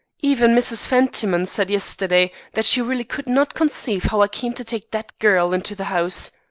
even mrs. fentiman said yesterday that she really could not conceive how i came to take that girl into the house.